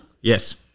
Yes